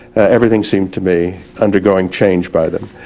everything seemed to me undergoing change by them.